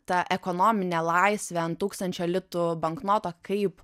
ta ekonominė laisvė ant tūkstančio litų banknoto kaip